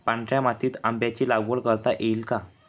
पांढऱ्या मातीत आंब्याची लागवड करता येईल का?